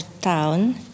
town